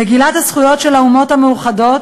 מגילת הזכויות של האומות המאוחדות,